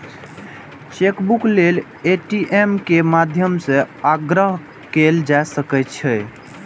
chequebook लेल ATM के माध्यम सं आग्रह कैल जा सकै छै